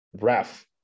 ref